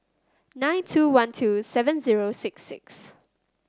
nine two one two seven zero six six